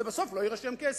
זה בסוף לא יירשם כהישג,